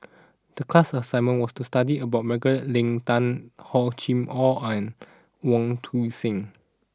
the class assignment was to study about Margaret Leng Tan Hor Chim Or and Wong Tuang Seng